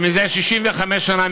מזה 65 שנה,